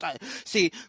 See